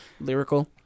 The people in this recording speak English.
lyrical